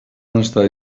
estar